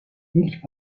i̇lk